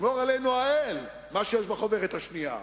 ישמור עלינו האל, מה שיש בחוברת השנייה.